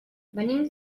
venim